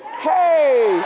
hey!